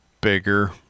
bigger